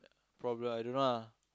probably I don't know lah